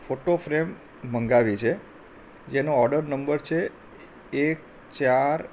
photo frame મંગાવી છે જેનો ઓર્ડર નંબર છે એક ચાર